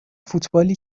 فوتبالی